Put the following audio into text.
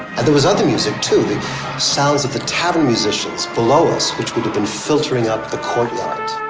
and there was other music too, the sounds of the tavern musicians below us, which would have been filtering up the courtyard.